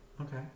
Okay